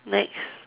next